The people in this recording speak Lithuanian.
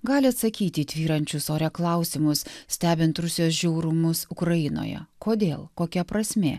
gali atsakyti į tvyrančius ore klausimus stebint rusijos žiaurumus ukrainoje kodėl kokia prasmė